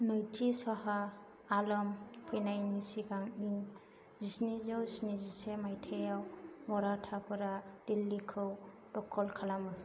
नैथि शाह आलम फैनायनि सिगां इं जिस्निजौ स्निजिसे माइथायाव मराथाफोरा दिल्लिखौ दख'ल खालामो